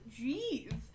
Jeez